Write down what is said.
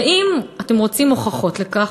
ואם אתם רוצים הוכחות לכך,